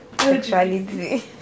Sexuality